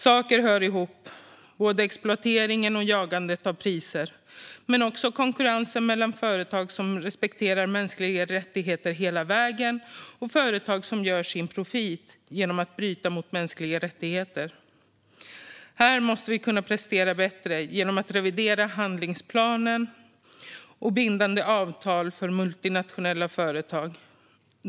Saker hör ihop, både exploatering och prisjakt. Det gäller också i konkurrensen mellan företag som respekterar mänskliga rättigheter hela vägen och företag som gör profit genom att bryta mot mänskliga rättigheter. Här måste vi kunna prestera bättre genom att revidera handlingsplan och bindande avtal för multinationella företag.